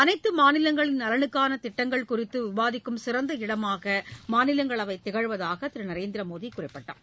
அனைத்து மாநிலங்களின் நலனுக்கான திட்டங்கள் குறித்து விவாதிக்கும சிறந்த இடமாகக் மாநிலங்களவை திகழ்வதாக திரு நரேந்திரமோடி குறிப்பிட்டார்